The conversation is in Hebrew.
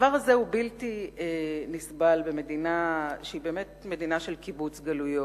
הדבר הזה הוא בלתי נסבל במדינה שהיא באמת מדינה של קיבוץ גלויות.